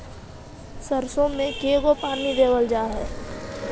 सरसों में के गो पानी देबल जा है?